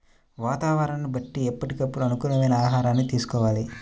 వాతావరణాన్ని బట్టి ఎప్పటికప్పుడు అనుకూలమైన ఆహారాన్ని తీసుకోవాలి